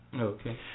Okay